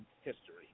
history